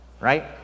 right